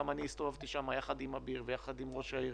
גם אני הסתובבתי שם יחד עם אביר ויחד עם ראש העיר